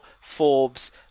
Forbes